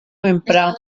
emprar